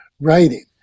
writing